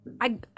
I-